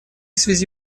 связи